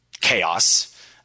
chaos